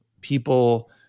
people